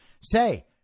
say